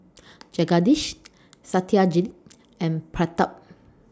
Jagadish Satyajit and Pratap